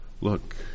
look